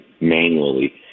manually